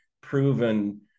proven